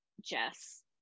Jess